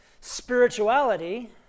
spirituality